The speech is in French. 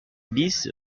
bis